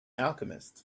alchemist